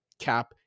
cap